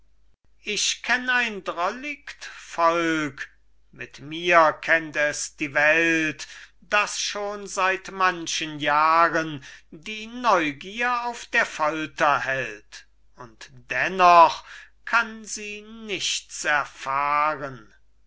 ich kenn ein drolligt volk mit mir kennt es die welt das schon seit manchen jahren die neugier auf der folter hält und dennoch kann sie nichts erfahren